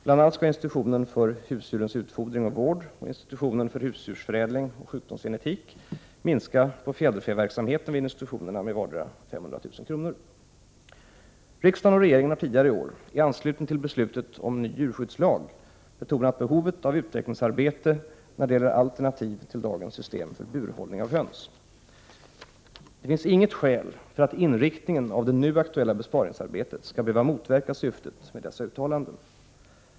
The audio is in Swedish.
Bl.a. skall institutionen för husdjurens utfodring och vård och institutionen för husdjursförädling och sjukdomsgenetik minska fjärderfäverksamheten vid institutionerna med vardera 500 000 kr. Riksdagen och regeringen har tidigare i år i anslutning till beslutet om ny djurskyddslag betonat behovet av utvecklingsarbete när det gäller alternativ till dagens system för burhållning av höns. Det finns inget skäl för att inriktningen av det nu aktuella besparingsarbetet skall behöva motverka syftet med dessa uttalanden.